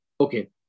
Okay